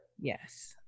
Yes